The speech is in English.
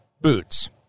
boots